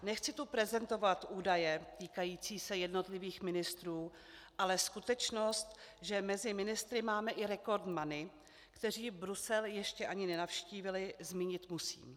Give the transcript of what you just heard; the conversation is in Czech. Nechci tu prezentovat údaje týkající se jednotlivých ministrů, ale skutečnost, že mezi ministry máme i rekordmany, kteří Brusel ještě ani nenavštívili, zmínit musím.